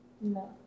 No